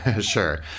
Sure